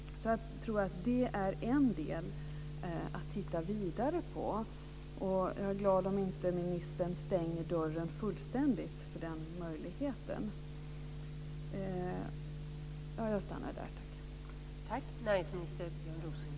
Jag tror att det är en del att titta vidare på. Jag är glad om ministern inte stänger dörren helt för denna möjlighet.